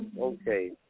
Okay